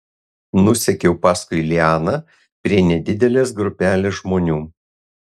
nusekiau paskui lianą prie nedidelės grupelės žmonių